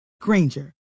Granger